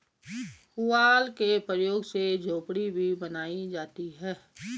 पुआल के प्रयोग से झोपड़ी भी बनाई जाती है